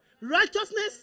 Righteousness